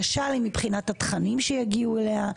היא קשה לי מבחינת התכנים שיגיעו אליה.